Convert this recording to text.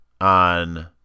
on